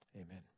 Amen